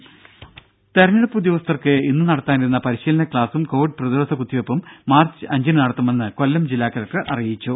രുര തിരഞ്ഞെടുപ്പ് ഉദ്യോഗസ്ഥർക്ക് ഇന്ന് നടത്താനിരുന്ന പരിശീലന ക്ലാസും കോവിഡ് പ്രതിരോധ കുത്തിവെയ്പ്പും മാർച്ച് അഞ്ചിന് നടത്തുമെന്ന് കൊല്ലം ജില്ലാ കല്കടർ അറിയിച്ചു